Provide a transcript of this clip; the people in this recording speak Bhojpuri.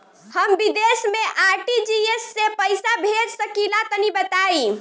हम विदेस मे आर.टी.जी.एस से पईसा भेज सकिला तनि बताई?